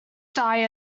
dau